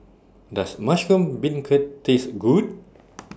Does Mushroom Beancurd Taste Good